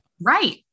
Right